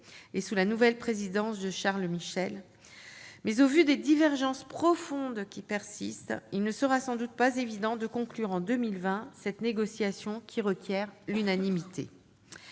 et sous la nouvelle présidence de Charles Michel. Toutefois, au regard des divergences profondes qui persistent, il ne sera sans doute pas évident de conclure en 2020 cette négociation qui requiert l'unanimité.